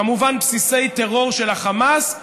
כמובן, בסיסי טרור של החמאס.